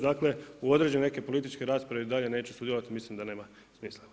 Dakle, u određene neke političke rasprave dalje neću sudjelovati, mislim da nema smisla.